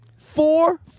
Four